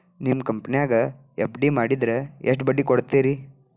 ನಿಮ್ಮ ಕಂಪನ್ಯಾಗ ಎಫ್.ಡಿ ಮಾಡಿದ್ರ ಎಷ್ಟು ಬಡ್ಡಿ ಕೊಡ್ತೇರಿ?